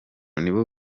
nibo